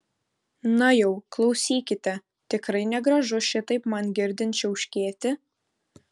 na jau klausykite tikrai negražu šitaip man girdint čiauškėti